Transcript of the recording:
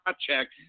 check